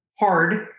hard